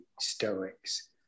Stoics